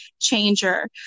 changer